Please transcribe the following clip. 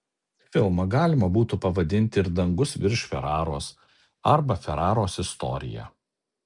filmą galima būtų pavadinti ir dangus virš feraros arba feraros istorija